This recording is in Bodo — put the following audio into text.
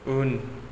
उन